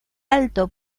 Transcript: alto